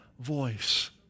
voice